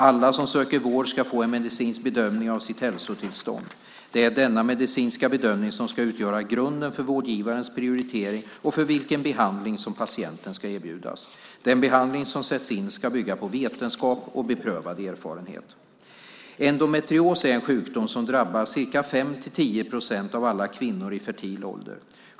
Alla som söker vård ska få en medicinsk bedömning av sitt hälsotillstånd. Det är denna medicinska bedömning som ska utgöra grunden för vårdgivarens prioritering och för vilken behandling som patienten ska erbjudas. Den behandling som sätts in ska bygga på vetenskap och beprövad erfarenhet. Endometrios är en sjukdom som drabbar 5-10 procent av alla kvinnor i fertil ålder.